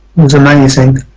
was amazing.